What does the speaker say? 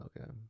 okay